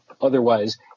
otherwise